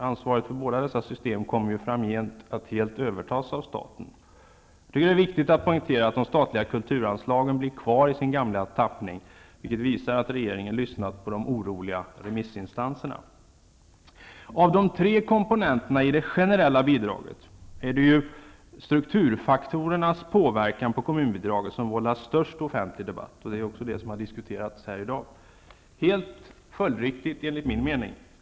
Ansvaret för båda dessa system kommer ju framgent att helt övertas av staten. Det är viktigt att poängtera, tycker jag, att de statliga kulturanslagen blir kvar i sin gamla tappning, vilket visar att regeringen lyssnat på de oroliga remissinstanserna. Av de tre komponenterna i det generella bidraget är det strukturfaktorernas påverkan som vållat störst offentlig debatt. Det är också detta som har diskuterats här i dag, helt följdriktigt enligt min mening.